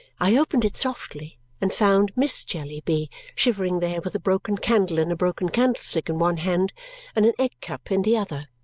i opened it softly and found miss jellyby shivering there with a broken candle in a broken candlestick in one hand and an egg-cup in the other.